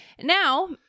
Now